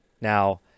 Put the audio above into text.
Now